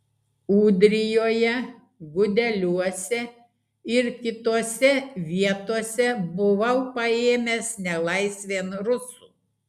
ūdrijoje gudeliuose ir kitose vietose buvau paėmęs nelaisvėn rusų